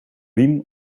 riem